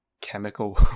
chemical